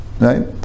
Right